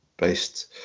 based